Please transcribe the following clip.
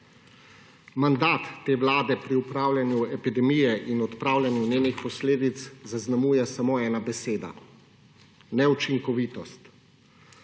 Mandat te vlade pri upravljanju epidemije in odpravljanju njenih posledic zaznamuje samo ena beseda – neučinkovitost.